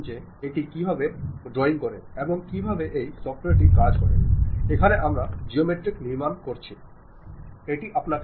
എന്നാൽ നിങ്ങൾ ഒരു മീറ്റിംഗ് വിളിക്കുമ്പോൾ അവിടെ ഔപചാരിക ആശയവിനിമയ സാഹചര്യങ്ങളുണ്ട് അവിടെ നിങ്ങൾ ഒരു പ്രോഗ്രാമിനെക്കുറിച്ചോ കമ്പനി നയങ്ങളെക്കുറിച്ചും എല്ലാം സംസാരിക്കുന്നു